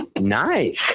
nice